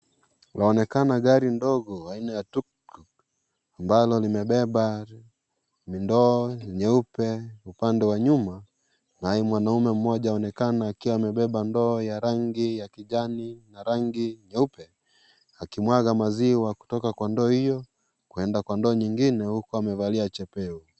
Linaonekana gari ndogo aina ya tuktuk ambalo limebeba mindoo nyeupe upande wa nyuma naye mwanaume mmoja aonekana akiwa amebeba ndoo ya rangi ya kijani na rangi nyeupe, akimwaga maziwa kutoka kwa ndoo hiyo kwenda kwa ndoo nyingine huku amevalia chepeu.